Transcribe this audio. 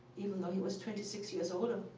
even though he was twenty six years older.